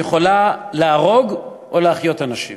היא יכולה להרוג או להחיות אנשים.